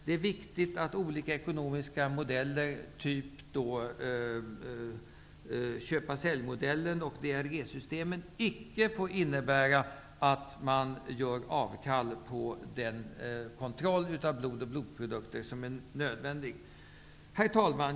Det är vik tigt att olika ekonomiska modeller, köp--sälj-mo dellen och DRG-systemet, icke får innebära att man gör avkall på den kontroll av blod och blod produkter som är nödvändig. Herr talman!